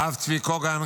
הרב צבי קוגן,